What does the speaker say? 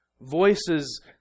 Voices